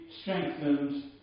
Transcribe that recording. strengthened